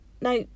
Now